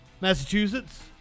Massachusetts